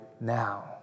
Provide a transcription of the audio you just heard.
now